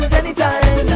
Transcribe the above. anytime